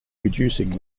reducing